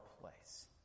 place